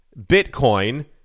Bitcoin